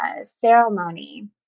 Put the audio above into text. ceremony